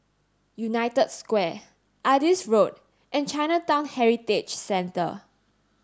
United Square Adis Road and Chinatown Heritage Centre